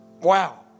Wow